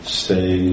stay